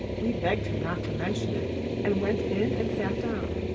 we begged him not to mention it and went in and sat down.